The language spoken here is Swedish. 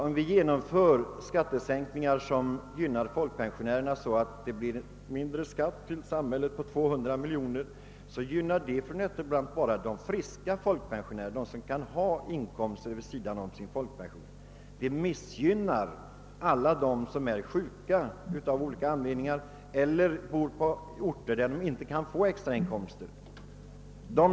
Om vi genomför skattesänkningar som gynnar folkpensionärerna, så att samhället får 200 miljoner mindre i skatt, gynnar en sådan avdragsrätt bara de friska pensionärerna, som kan ha inkomster vid sidan om folkpensionen, men den missgynnar alla som är sjuka eller bor på orter där de inte kan få extra inkomster.